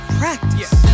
practice